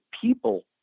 people